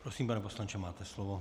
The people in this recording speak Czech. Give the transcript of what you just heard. Prosím, pane poslanče, máte slovo.